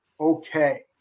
Okay